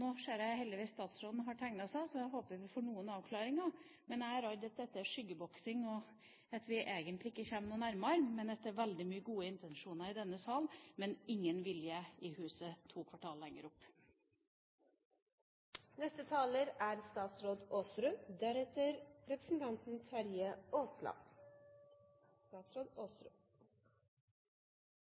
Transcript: Nå ser jeg heldigvis at statsråden har tegnet seg, så jeg håper vi får noen avklaringer. Men jeg er redd for at dette er skyggeboksing, og at vi egentlig ikke kommer noe nærmere. Det er veldig mye gode intensjoner i denne sal, men ingen vilje i huset to kvartaler lenger opp. Jeg fikk noen direkte spørsmål, og jeg kan bekrefte at selvsagt vil regjeringen følge opp det som er